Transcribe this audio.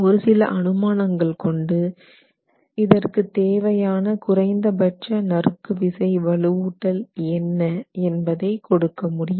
ஒருசில அனுமானங்கள் கொண்டு இதற்கு தேவையான குறைந்தபட்ச நறுக்கு விசை வலுவூட்டல் என்ன என்பதை கொடுக்க முடியும்